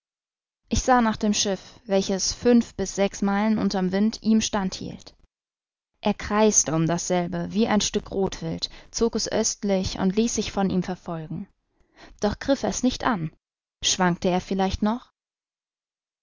ich sah nach dem schiff welches fünf bis sechs meilen unter'm wind ihm stand hielt er kreiste um dasselbe wie ein stück rothwild zog es östlich und ließ sich von ihm verfolgen doch griff er's nicht an schwankte er vielleicht noch